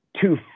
two